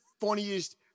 funniest